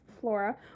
Flora